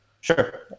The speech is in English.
Sure